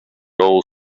all